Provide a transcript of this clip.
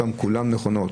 כולן נכונות.